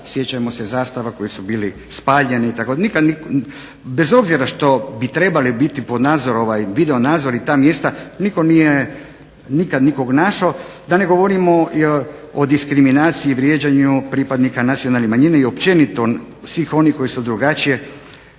sjećamo se zastava koje su bile spaljene itd. Nikad nitko, bez obzira što bi trebali biti pod video nadzorom ta mjesta, nitko nije nikad nikog našao. Da ne govorimo o diskriminaciji i vrijeđanju pripadnika nacionalnih manjina i općenito svih onih koji su drugačiji,